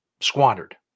squandered